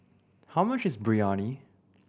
how much is Biryani